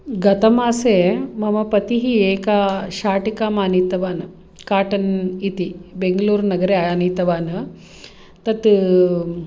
गतमासे मम पतिः एकां शाटिकाम् आनीतवान् काटन् इति बेङ्गलोर्नगरे आनीतवान् तत्